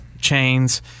chains